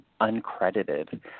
uncredited